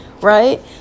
right